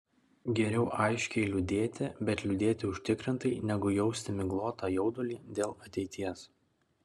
geriau aiškiai liūdėti bet liūdėti užtikrintai negu jausti miglotą jaudulį dėl ateities